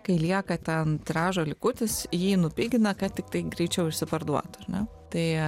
kai lieka ten tiražo likutis jį nupigina kad tiktai greičiau išsiparduotų ar ne tai